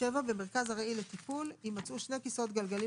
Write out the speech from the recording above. (7)במרכז ארעי לטיפול יימצאו שני כיסאות גלגלים